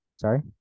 Sorry